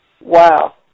Wow